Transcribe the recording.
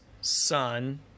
son